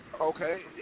Okay